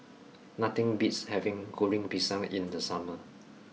nothing beats having Goreng Pisang in the summer